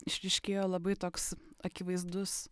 išryškėjo labai toks akivaizdus